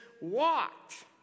walked